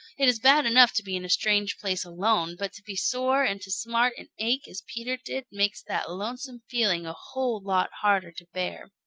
it is bad enough to be in a strange place alone, but to be sore and to smart and ache as peter did makes that lonesome feeling a whole lot harder to bear.